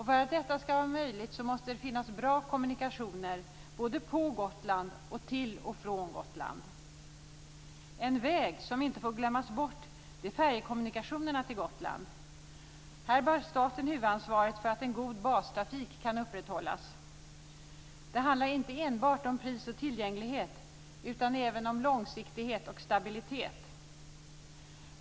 För att detta ska vara möjligt måste det finnas bra kommunikationer både på Gotland och till och från En "väg" som inte får glömmas bort är färjekommunikationerna till Gotland. Här bär staten huvudansvaret för att en god bastrafik kan upprätthållas. Det handlar inte enbart om pris och tillgänglighet utan även om långsiktighet och stabilitet.